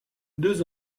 deux